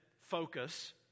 focus